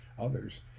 Others